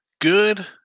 Good